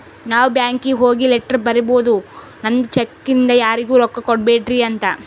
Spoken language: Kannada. ನಾವೇ ಬ್ಯಾಂಕೀಗಿ ಹೋಗಿ ಲೆಟರ್ ಬರಿಬೋದು ನಂದ್ ಚೆಕ್ ಇಂದ ಯಾರಿಗೂ ರೊಕ್ಕಾ ಕೊಡ್ಬ್ಯಾಡ್ರಿ ಅಂತ